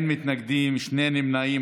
אין מתנגדים, שני נמנעים.